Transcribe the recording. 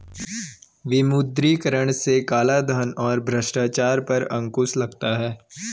विमुद्रीकरण से कालाधन और भ्रष्टाचार पर अंकुश लगता हैं